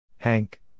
Hank